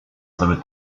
sobie